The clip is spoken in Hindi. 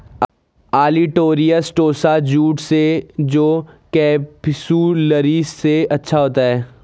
ओलिटोरियस टोसा जूट है जो केपसुलरिस से अच्छा होता है